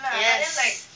yes